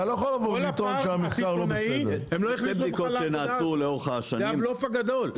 כל הפער הסיטונאי -- -זה הבלוף הגדול.